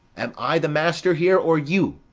am i the master here, or you?